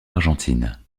argentine